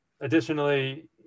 Additionally